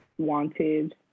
wanted